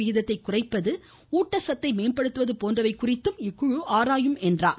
விகிதத்தை குறைப்பது ஊட்டச்சத்தை மேம்படுத்துவது போன்றவை குறித்து இக்குழு ஆராயும் என்றார்